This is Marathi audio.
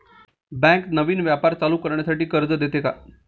बँक नवीन व्यापार चालू करण्यासाठी कर्ज देते का?